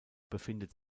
befindet